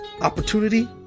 opportunity